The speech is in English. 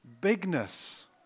bigness